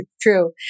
True